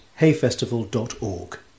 hayfestival.org